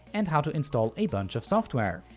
and how to install a bunch of software.